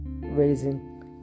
raising